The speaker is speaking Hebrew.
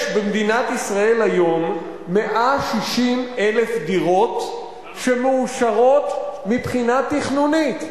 יש במדינת ישראל היום 160,000 דירות שמאושרות מבחינה תכנונית.